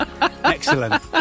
Excellent